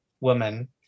woman